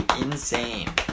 insane